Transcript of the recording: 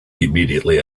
immediately